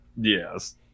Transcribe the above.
Yes